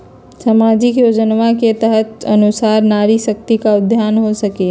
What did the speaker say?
सामाजिक योजना के तहत के अनुशार नारी शकति का उत्थान हो सकील?